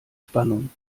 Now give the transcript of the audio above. spannung